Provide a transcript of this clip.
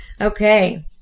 Okay